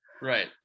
Right